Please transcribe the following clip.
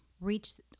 reached